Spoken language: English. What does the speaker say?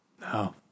No